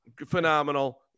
Phenomenal